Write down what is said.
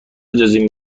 اجازه